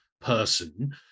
person